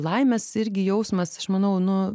laimės irgi jausmas aš manau nu